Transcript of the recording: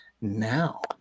now